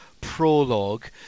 prologue